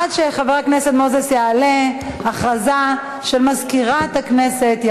עד שחבר הכנסת מוזס יעלה, הודעה של מזכירת הכנסת.